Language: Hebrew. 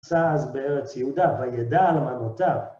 בארץ יהודה וידע אלמנותיו.